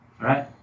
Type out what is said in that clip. Right